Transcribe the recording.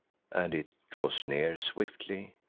and it draws near swiftly,